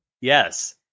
Yes